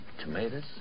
Tomatoes